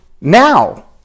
now